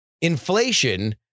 Inflation